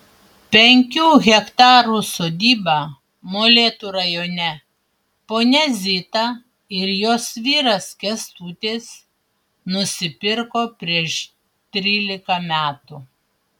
penkių hektarų sodybą molėtų rajone ponia zita ir jos vyras kęstutis nusipirko prieš trylika metų